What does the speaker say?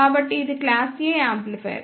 కాబట్టి ఇది class A amplifier